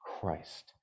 Christ